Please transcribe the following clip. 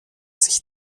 sich